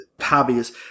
hobbies